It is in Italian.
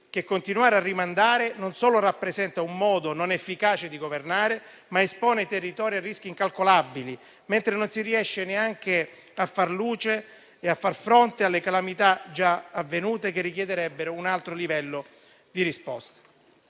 che continuare a rimandare non solo rappresenta un modo non efficace di governare, ma espone i territori a rischi incalcolabili, mentre non si riesce neanche a far luce e a far fronte alle calamità già avvenute, che richiederebbero un altro livello di risposte.